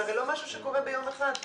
זה הרי לא משהו שקורה ביום אחד.